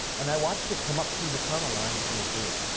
and i watched it come up through the tunnel line was gonna do it.